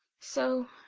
so,